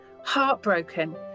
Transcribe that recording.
heartbroken